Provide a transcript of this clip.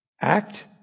Act